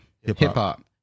hip-hop